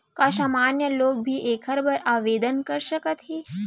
का सामान्य लोग भी एखर बर आवदेन कर सकत हे?